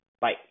Bye